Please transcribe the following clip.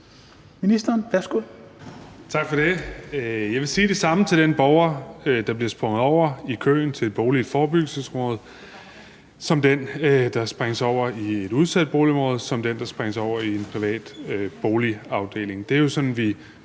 Dybvad Bek): Tak for det. Jeg vil sige det samme til den borger, der bliver sprunget over i køen til en bolig i et forebyggelsesområde, som til den borger, der springes over i et udsat boligområde, og til den, der springes over i en privat boligafdeling. Det er jo sådan, vi